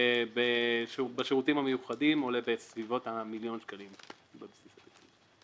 ובשירותים המיוחדים עולה בסביבות המיליון שקלים בבסיס התקציב.